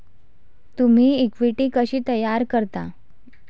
तुम्ही इक्विटी कशी तयार करता?